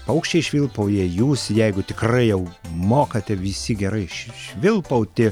paukščiai švilpauja jūs jeigu tikrai jau mokate visi gerai švilpauti